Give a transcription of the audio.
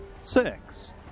Six